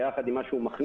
ביחד עם מה שהוא מכניס,